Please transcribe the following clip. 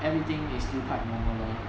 everything is still quite normal leh